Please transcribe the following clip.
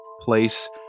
place